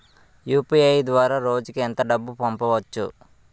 UPI ద్వారా రోజుకి ఎంత డబ్బు పంపవచ్చు?